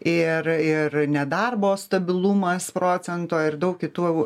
ir ir nedarbo stabilumas procento ir daug kitų